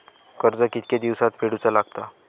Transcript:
कर्ज कितके दिवसात फेडूचा लागता?